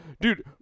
dude